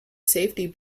safety